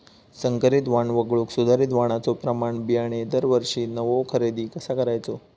संकरित वाण वगळुक सुधारित वाणाचो प्रमाण बियाणे दरवर्षीक नवो खरेदी कसा करायचो?